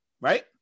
Right